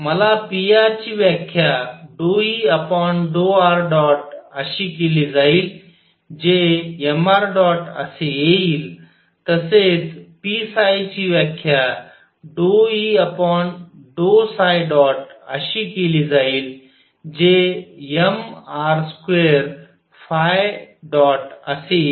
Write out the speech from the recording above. मग pr ची व्याख्या ∂E ∂r ̇ अशी केली जाईल जे mṙ असे येईल तसेच p ची व्याख्या ∂E ∂̇ अशी केली जाईल जेmr2ϕ̇असे येईल